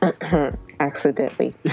accidentally